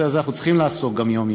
הזה אנחנו צריכים לעסוק גם יום-יום,